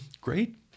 Great